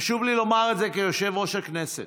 חשוב לי לומר את זה כיושב-ראש הכנסת: